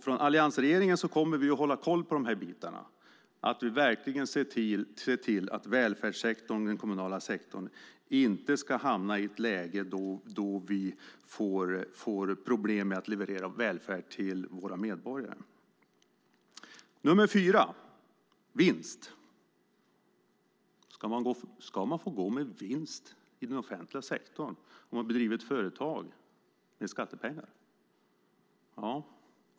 Från alliansregeringen kommer vi att hålla koll på de här bitarna, så att vi verkligen ser till att välfärdssektorn i den kommunala sektorn inte hamnar i ett läge där vi får problem med att leverera välfärd till våra medborgare. Det fjärde är vinst. Ska man få gå med vinst i den offentliga sektorn om man driver ett företag med skattepengar?